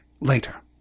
later